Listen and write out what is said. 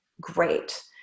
great